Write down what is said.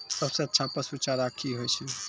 सबसे अच्छा पसु चारा की होय छै?